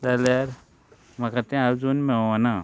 जाल्यार म्हाका तें आजून मेवोना